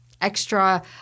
extra